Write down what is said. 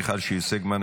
מיכל שיר סגמן,